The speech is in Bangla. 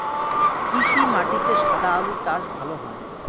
কি কি মাটিতে সাদা আলু চাষ ভালো হয়?